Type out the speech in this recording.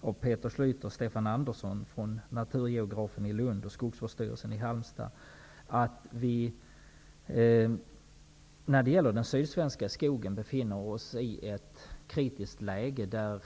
av Peter Halmstad, sägs att den sydsvenska skogen befinner sig i ett kritiskt läge.